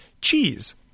cheese